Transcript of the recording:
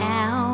Now